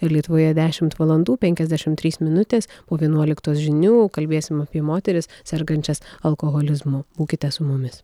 lietuvoje dešimt valandų penkiasdešimt trys minutės po vienuoliktos žinių kalbėsim apie moteris sergančias alkoholizmu būkite su mumis